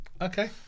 Okay